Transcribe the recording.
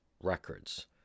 records